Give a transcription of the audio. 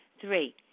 Three